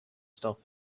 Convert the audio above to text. stop